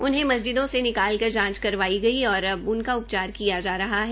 उन्हें मस्जिदों से निकाल कर जांच करवाई गई और अब उनका उपचार किया जा रहा है